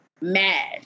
mad